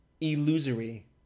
illusory